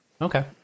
Okay